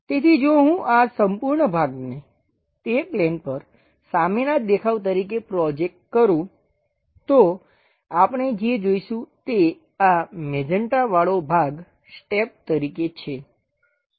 તેથી જો હું આ સંપૂર્ણ ભાગને તે પ્લેન પર સામેનાં દેખાવ તરીકે પ્રોજેક્ટ કરું તો આપણે જે જોઈશું તે આ મેજન્ટાવાળો ભાગ સ્ટેપ તરીકે છે